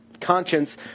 conscience